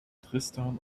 tristan